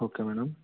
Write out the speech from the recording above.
okay madam